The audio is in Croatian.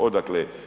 Odakle?